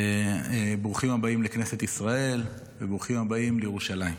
ברוכים הבאים לכנסת ישראל וברוכים הבאים לירושלים.